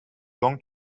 long